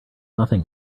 nothing